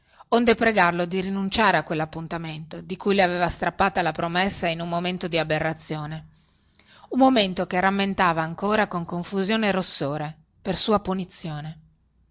onde pregarlo di rinunciare a quellappuntamento di cui le aveva strappata la promessa in un momento di aberrazione un momento che rammentava ancora con confusione e rossore per sua punizione